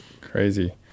crazy